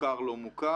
מוכר לא מוכר,